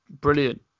brilliant